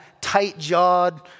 tight-jawed